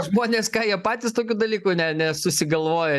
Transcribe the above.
žmonės ką jie patys tokių dalykų ne nesusigalvoja